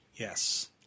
Yes